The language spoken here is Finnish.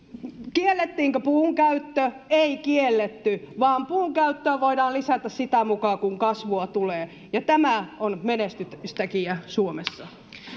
kiellettiinkö puunkäyttö ei kielletty vaan puunkäyttöä voidaan lisätä sitä mukaa kun kasvua tulee ja tämä on menestystekijä suomessa